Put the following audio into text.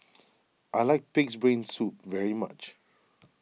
I like Pig's Brain Soup very much